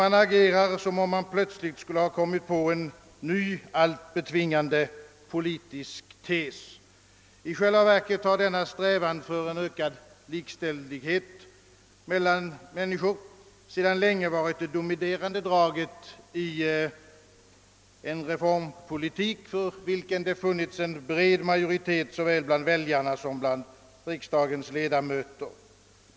Man agerar som om man plötsligt skulle ha kommit på en ny, allt betvingande politisk tes. I själva verket har denna strävan till en ökad likställdhet mellan människor sedan länge varit det dominerande inslaget i en reformpolitik, för vilken det funnits en bred majoritet såväl bland väljarna som bland riksdagens ledamöter.